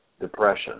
depression